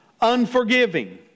Unforgiving